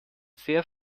sehr